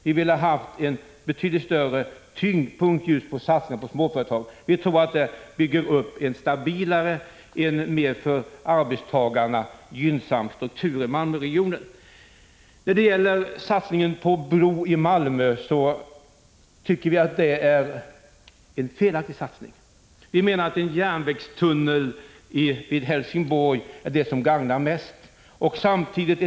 Vi hade velat att man betydligt mera lade tyngdpunkten just på satsningarna på småföretag. Vi tror att man på det sättet skulle kunna bygga upp en stabilare och en för arbetstagarna mera gynnsam struktur i Malmöregionen. Vi tycker att satsningen på en bilbro från Malmö är en felaktig satsning. Vi menar att en järnvägstunnel från Helsingborg är det alternativ som är till största gagn.